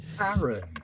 Aaron